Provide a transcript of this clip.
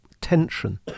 tension